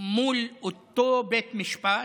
מול אותו בית משפט,